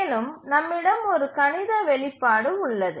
மேலும் நம்மிடம் ஒரு கணித வெளிப்பாடு உள்ளது